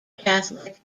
catholic